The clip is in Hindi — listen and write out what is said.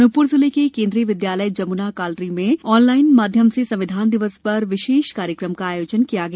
अनूपपुर जिले के केन्द्रीय विद्यालय जमुना कॉलरी में ऑनलाइन माध्यम से संविधान दिवस पर विशेष कार्यक्रम का आयोजन किया गया